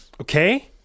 okay